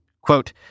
Quote